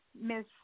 Miss